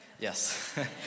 yes